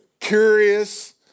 curious